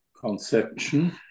conception